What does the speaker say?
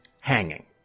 hanging